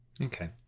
okay